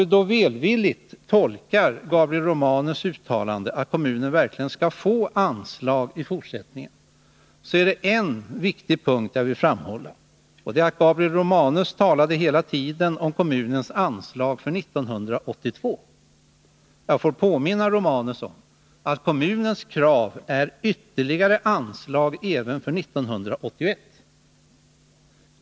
Om vi välvilligt skall tolka Gabriel Romanus uttalande så, att kommunen i fortsättningen verkligen skall få anslag, är en viktig punkt som jag vill poängtera att Gabriel Romanus hela tiden talat om kommunens anslag för 1982. Jag vill då påminna Gabriel Romanus om att kommunens krav gäller ytterligare anslag även för 1981.